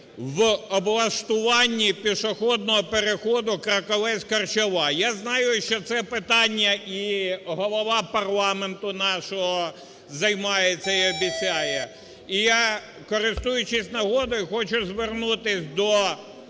в облаштуванні пішохідного переходу Краковець – Корчова. Я знаю, що це питання і голова парламенту нашого займається і обіцяє. І я, користуючись нагодою, хочу звернутися до